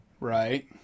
Right